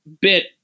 bit